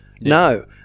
no